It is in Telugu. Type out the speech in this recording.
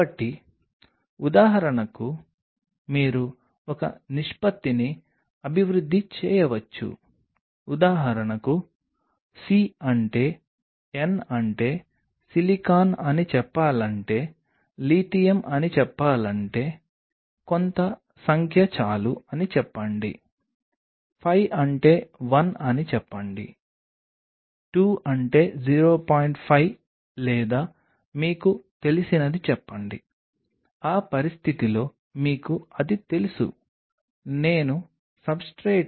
కాబట్టి మీరందరూ ఈ చిత్రాన్ని చూసారు మీరందరూ తప్పక చూసి ఉంటారు అనుకోండి ఒక ఆకు ఉంది మరియు దానిపై నీటి బిందువు ఉంది కాబట్టి నీటి బిందువు ఇలా ఉంటుంది